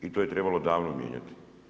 I to je trebalo davno mijenjati.